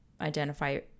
identify